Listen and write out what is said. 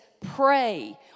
pray